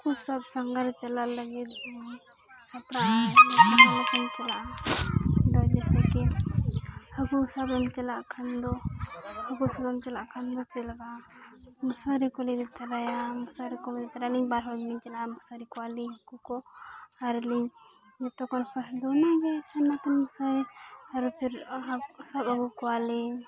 ᱦᱟᱹᱠᱩ ᱥᱟᱵ ᱥᱟᱸᱜᱷᱟᱨ ᱪᱟᱞᱟᱜ ᱞᱟᱹᱜᱤᱫ ᱫᱚ ᱥᱟᱯᱲᱟᱣ ᱪᱟᱞᱟᱜᱼᱟ ᱟᱫᱚ ᱡᱮᱥᱮᱠᱤ ᱦᱟᱹᱠᱩ ᱥᱟᱵᱽ ᱮᱢ ᱪᱟᱞᱟᱜ ᱠᱷᱟᱱ ᱫᱚ ᱦᱟᱹᱠᱩ ᱥᱟᱵ ᱮᱢ ᱪᱟᱞᱟᱜ ᱠᱷᱟᱱ ᱫᱚ ᱪᱮᱫ ᱞᱟᱜᱟᱜᱼᱟ ᱢᱚᱥᱟᱨᱤ ᱠᱚᱞᱮ ᱤᱫᱤ ᱛᱟᱨᱟᱭᱟ ᱢᱚᱥᱟᱨᱤ ᱠᱚᱞᱮ ᱤᱫᱤ ᱛᱚᱨᱟᱭᱟ ᱟᱞᱤᱝ ᱵᱟᱨ ᱦᱚᱲᱞᱤᱧ ᱪᱟᱞᱟᱜᱼᱟ ᱢᱚᱥᱟᱨᱤ ᱠᱚᱣᱟᱞᱤᱝ ᱦᱟᱹᱠᱩ ᱠᱚ ᱟᱨᱞᱤᱝ ᱡᱚᱛᱚᱠᱷᱚᱱ ᱯᱟᱥ ᱫᱚ ᱚᱱᱟᱜᱮ ᱟᱨ ᱯᱷᱮᱨ ᱦᱟᱹᱠᱩ ᱥᱟᱵᱽ ᱟᱹᱜᱩ ᱠᱚᱣᱟᱞᱤᱧ